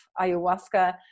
ayahuasca